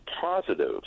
positive